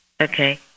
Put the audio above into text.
Okay